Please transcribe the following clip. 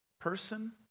person